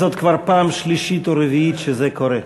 זאת כבר פעם שלישית או רביעית שזה קורה.